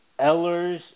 Ellers